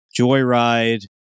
joyride